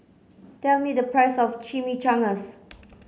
tell me the price of Chimichangas